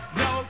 no